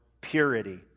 purity